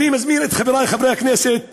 אני מזמין את חברי חברי הכנסת